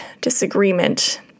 disagreement